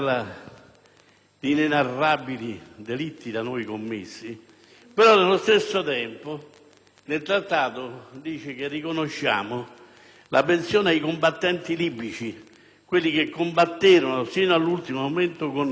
di inenarrabili delitti da noi commessi; però, nello stesso tempo, nel Trattato si dice che riconosciamo la pensione ai combattenti libici, quelli che combatterono fino all'ultimo momento con noi.